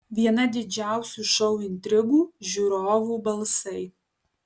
viena didžiausių šou intrigų žiūrovų balsai